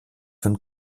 von